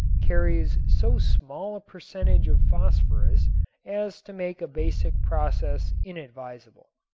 carries so small a percentage of phosphorus as to make a basic process inadvisable.